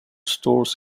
stores